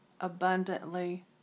abundantly